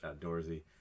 outdoorsy